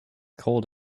cold